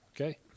okay